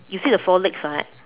you see the four legs right